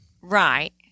Right